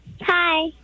Hi